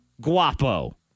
Guapo